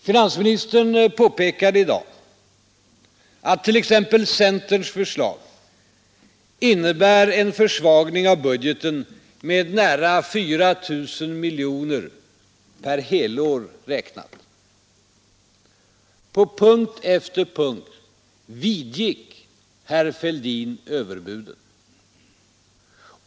Finansministern påpekade i dag att t.ex. centerns förslag innebär en försvagning av budgeten med nära 4 000 miljoner kronor per helår räknat. På punkt efter punkt vidgick herr Fälldin överbuden.